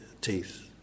Teeth